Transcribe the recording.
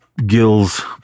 gills